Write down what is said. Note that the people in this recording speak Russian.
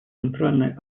центральной